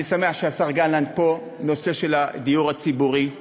אני שמח שהשר גלנט פה, לנושא של הדיור הציבורי.